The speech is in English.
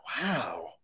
Wow